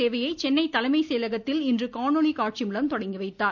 சேவையை சென்னை தலைமைச் செயலகத்தில் இன்று காணொலி காட்சி மூலம் தொடங்கி வைத்தார்